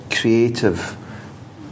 creative